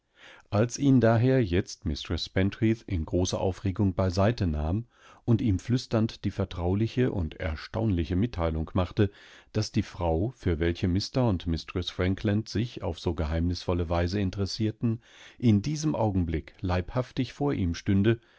als ihn daher jetzt mistreß pentreath in großer aufregung beiseite nahm und ihm flüsternddievertraulicheunderstaunlichemitteilungmachte daßdiefrau fürwelche mr und mistreß frankland sich auf so geheimnisvolle weise interessierten in diesem augenblick leibhaftig vor ihm stünde